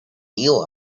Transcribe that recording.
you